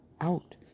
out